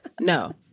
No